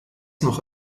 noch